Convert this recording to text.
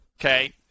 Okay